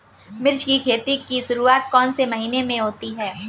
मिर्च की खेती की शुरूआत कौन से महीने में होती है?